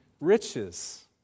riches